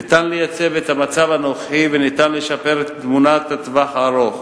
ניתן לייצב את המצב הנוכחי וניתן לשפר את התמונה בטווח הארוך.